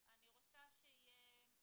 שאני עכשיו אצל לעשות שיחת טלפון.